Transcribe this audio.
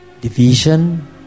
Division